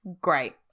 great